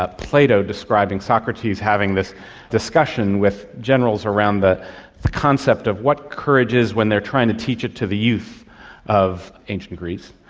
ah plato describing socrates having this discussion with generals around the the concept of what courage is when they are trying to teach it to the youth of ancient greece.